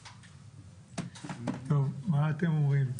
מה אתם אומרים?